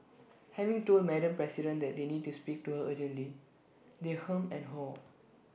having told Madam president that they need to speak to her urgently they hem and haw